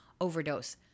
overdose